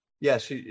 yes